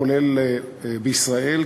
כולל בישראל,